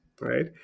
right